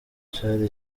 cari